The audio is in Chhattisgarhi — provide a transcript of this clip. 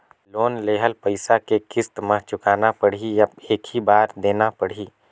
लोन लेहल पइसा के किस्त म चुकाना पढ़ही या एक ही बार देना पढ़ही?